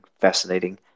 fascinating